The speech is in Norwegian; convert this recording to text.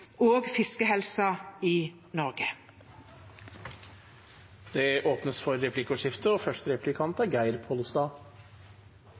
og fiskehelse i Norge. Det blir replikkordskifte.